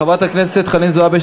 חברת הכנסת חנין זועבי,